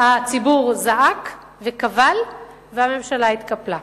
הציבור זעק וקבל והממשלה התקפלה.